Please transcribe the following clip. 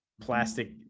plastic